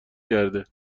کرده